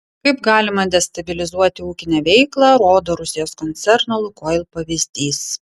kaip galima destabilizuoti ūkinę veiklą rodo rusijos koncerno lukoil pavyzdys